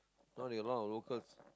now there a lot of locals